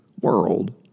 world